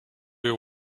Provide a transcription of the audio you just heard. you